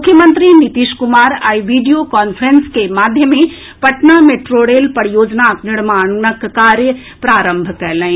मुख्यमंत्री नीतीश कुमार आई video conference के माध्यमे पटना मेट्रो रेल परियोजनाक निर्माण कार्यक प्रारंभ कएलनि